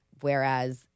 whereas